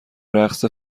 رقص